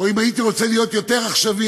או אם הייתי רוצה להיות יותר עכשווי,